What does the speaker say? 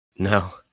No